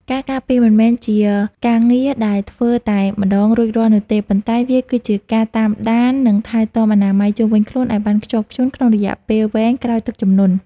ការការពារមិនមែនជាការងារដែលធ្វើតែម្តងរួចរាល់នោះទេ ប៉ុន្តែវាគឺជាការតាមដាន និងថែទាំអនាម័យជុំវិញខ្លួនឱ្យបានខ្ជាប់ខ្ជួនក្នុងរយៈពេលវែងក្រោយទឹកជំនន់។